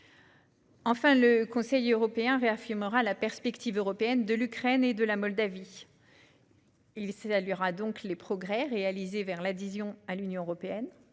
Enfin, le Conseil européen réaffirmera la perspective européenne de l'Ukraine et de la Moldavie. Il saluera les progrès réalisés vers l'adhésion à l'UE sur